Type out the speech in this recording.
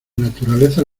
naturaleza